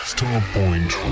Starpoint